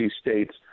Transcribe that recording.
states